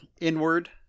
inward